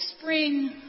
spring